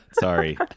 Sorry